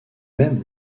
même